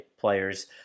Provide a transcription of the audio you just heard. players